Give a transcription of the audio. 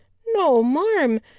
no, marm.